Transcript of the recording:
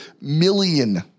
million